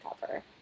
cover